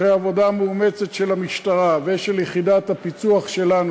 אחרי עבודה מאומצת של המשטרה ושל יחידת הפיצו"ח שלנו,